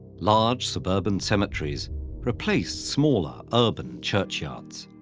large suburban cemeteries replaced smaller urban churchyards.